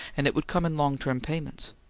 and it would come in long-time payments.